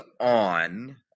on